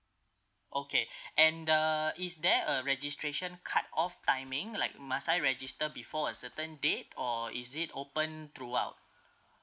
okay and the is there a registration cutoff timing like must I register before a certain date or is it open throughout